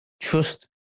Trust